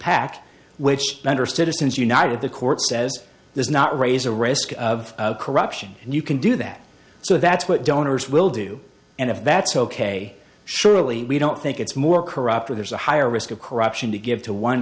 pac which under citizens united the court says there's not raise a risk of corruption and you can do that so that's what donors will do and if that's ok surely we don't think it's more corrupt or there's a higher risk of corruption to give to one